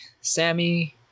Sammy